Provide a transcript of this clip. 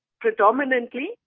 predominantly